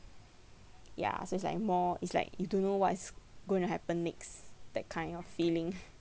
ya so it's like more it's like you don't know what is going to happen next that kind of feeling